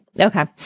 Okay